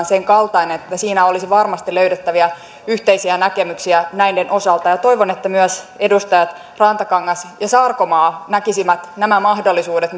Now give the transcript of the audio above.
senkaltainen että siinä olisi varmasti löydettävissä yhteisiä näkemyksiä näiden osalta toivon että myös edustajat rantakangas ja sarkomaa näkisivät nämä mahdollisuudet